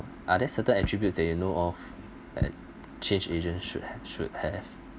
are there certain attributes that you know of like change agent should have should have